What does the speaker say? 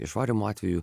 išvarymo atveju